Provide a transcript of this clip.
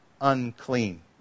unclean